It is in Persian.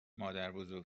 مادربزرگ